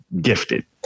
gifted